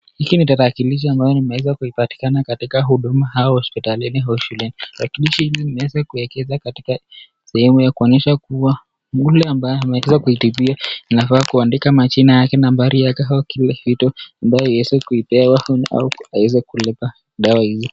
Hiki ni tarakilishi ambayo imeweza kupatikana kaitika huduma au hospitalini au shuleni. Tarakilishi hizi zimeweza kuekeza katika sehemu ya kuonesha kuwa yule ambaye ameweza kuitibiwa inafaa kuandika majina yake, nambari yake au kila kitu ambayo haiwezi kuipea au haiwezi kulipa dawa hizo.